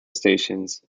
stations